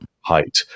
height